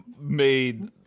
made